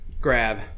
grab